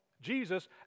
Jesus